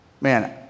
man